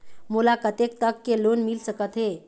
मोला कतेक तक के लोन मिल सकत हे?